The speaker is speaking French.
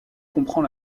comprend